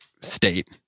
state